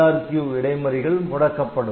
IRQ இடைமறிகள் முடக்கப்படும்